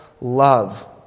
love